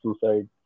suicide